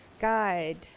guide